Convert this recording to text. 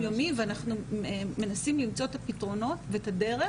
יומי ואנחנו מנסים למצוא את הפתרונות ואת הדרך,